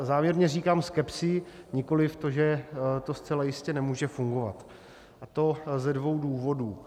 Záměrně říkám skepsi, nikoli to, že to zcela jistě nemůže fungovat, a to ze dvou důvodů.